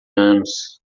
anos